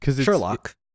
Sherlock